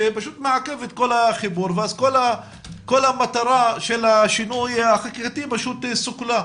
שפשוט מעכב את כל החיבור ואז כל המטרה של השינוי החקיקתי פשוט סוכלה.